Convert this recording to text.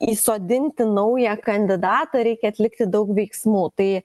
įsodinti naują kandidatą reikia atlikti daug veiksmų tai